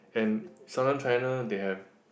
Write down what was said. and Southern China they have